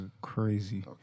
crazy